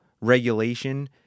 regulation